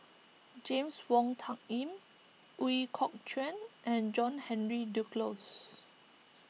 James Wong Tuck Yim Ooi Kok Chuen and John Henry Duclos